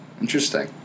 Interesting